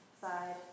side